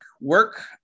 work